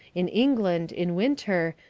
in england, in winter,